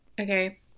okay